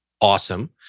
awesome